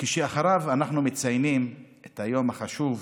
ואחריו אנחנו מציינים יום חשוב,